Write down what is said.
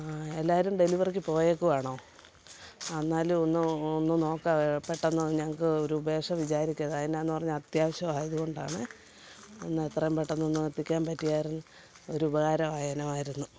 എല്ലാവരും ഡെലിവറിക്കു പോയേക്കുവാണോ അ എന്നാലും ഒന്ന് ഒന്ന് നോക്കാമോ പെട്ടെന്ന് ഞങ്ങൾക്ക് ഒരു ഉപേഷ വിചാരിക്കരുത് അതെന്നാന്ന് പറഞ്ഞാൽ അത്യാവശ്യമായതു കൊണ്ടാണെ ഒന്ന് എത്രയും പെട്ടെന്നൊന്ന് എത്തിക്കാൻ പറ്റിയായിരുന്നു ഒരുപകാരമായേനെവായിരുന്നു